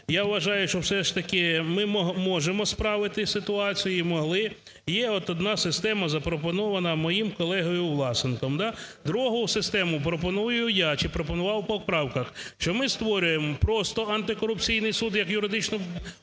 Я вважаю, що все ж таки ми можемо справити ситуацію і могли. Є от одна система, запропонована моїм колегою Власенком. Другу систему пропоную я, чи пропонував у поправках, що ми створюємо просто антикорупційний суд як юридичну